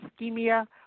Ischemia